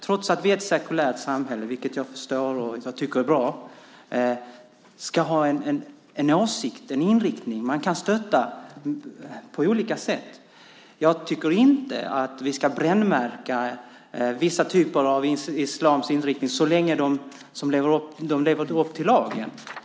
Trots att vi är ett sekulärt samhälle, vilket jag förstår och tycker är bra, ska vi ha en åsikt, en inriktning. Man kan stötta på olika sätt. Jag tycker inte att vi ska brännmärka vissa typer av islamisk inriktning så länge man lever upp till lagen.